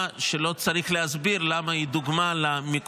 אלה היו דברים נקודתיים שהייתה יכולת להסביר ולחבר אותם למערכת